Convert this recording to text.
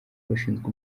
bashinzwe